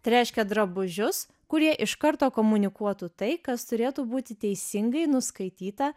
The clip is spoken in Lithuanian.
tai reiškia drabužius kurie iš karto komunikuotų tai kas turėtų būti teisingai nuskaityta